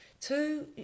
Two